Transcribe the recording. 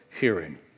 hearing